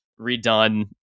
redone